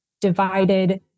divided